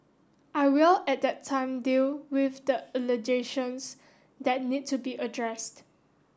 I will at that time deal with the allegations that need to be addressed